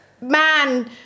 man